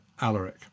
Alaric